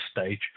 stage